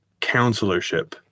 counselorship